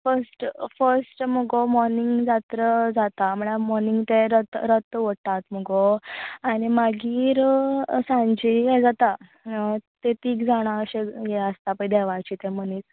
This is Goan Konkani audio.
फस्ट फस्ट मुगो मॉरनींग जात्रा जाता म्हणल्यार मॉरनींग तें रथ रथ ओडतात मुगो आनी मागीर सांजे हें जाता तें तीग जाणां अशें हें आसता पळय तें देवाचें मनीस